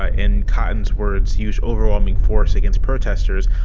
ah in cotton's words, use overwhelming force against protesters.